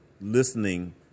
listening